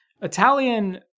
Italian